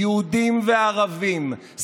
יהודים וערבים,